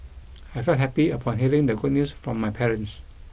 I felt happy upon hearing the good news from my parents